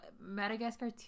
madagascar